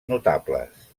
notables